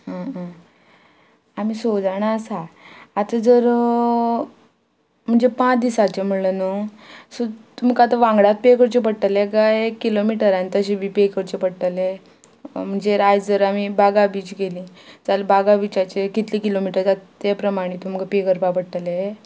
आं आं आमी स जाणां आसा आतां जर म्हणजे पांच दिसाचे म्हणलें न्हू सो तुमका आतां वांगडात पे करचें पडटले काय किलोमिटरान तशे बी पे करचे पडटले म्हणजे आयज जर आमी बागा बीच गेली जाल्या बागा बिचाचे कितले किलोमिटर जाता ते प्रमाणे तुमका पे करपाक पडटले